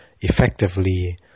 effectively